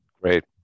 Great